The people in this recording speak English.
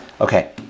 Okay